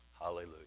hallelujah